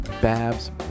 Babs